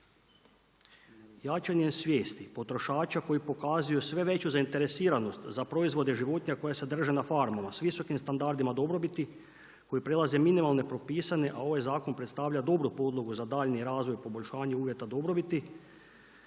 Jačanje svijesti potrošača koji pokazuju sve veću zainteresiranost za proizvode životinja koje se drže na farmama sa visokim standardima dobrobiti koji prelaze minimalne propisane a ovaj zakon predstavlja dobru podlogu za daljnji razvoj, poboljšanje uvjeta dobrobiti,